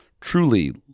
truly